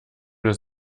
oder